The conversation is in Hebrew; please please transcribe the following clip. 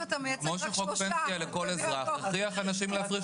אתה מייצג רק --- כמו שחוק פנסיה לכל אזרח הכריח אנשים להפריש